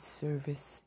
service